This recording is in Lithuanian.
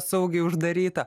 saugiai uždaryta